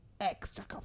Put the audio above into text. extra